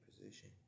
position